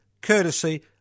courtesy